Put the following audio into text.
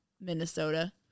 Minnesota